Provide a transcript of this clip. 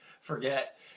forget